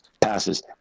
passes